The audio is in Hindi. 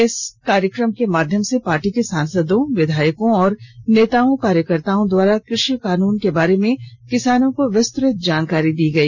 इस कार्यक्रम के माध्यम से पार्टी के सांसदों विधायकों और नेताओं कार्यकर्ताओं द्वारा कृषि कानून के बारे में किसानों को विस्तृत जानकारी दी गई